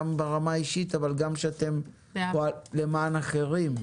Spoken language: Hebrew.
גם ברמה האישית אבל גם שאתן פועלות למען אחרים.